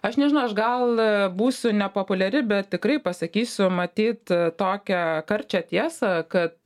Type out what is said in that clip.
aš nežinau aš gal būsiu nepopuliari bet tikrai pasakysiu matyt tokią karčią tiesą kad